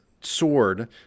sword